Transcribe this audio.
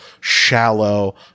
shallow